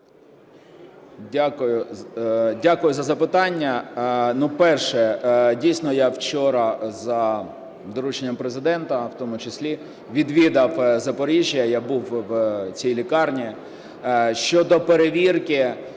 Дякую за запитання. Ну, перше. Дійсно, я вчора за дорученням Президента, в тому числі відвідав Запоріжжя, я був в цій лікарні. Щодо перевірки,